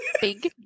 big